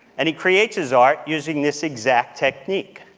and he creates his art using this exact technique.